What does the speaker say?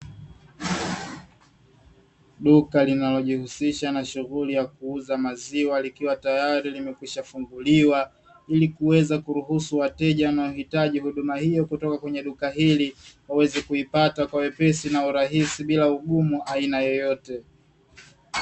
Duka linalojihusisha na shughuli ya kuuza maziwa likiwa tayari limeshakwisha kufunguliwa, ili kuweza kuruhusu wateja wanaohitaji huduma hiyo kutoka katika duka hili ili kuweza kuipata kwa urahisi bila usumbufu wa aina yoyote.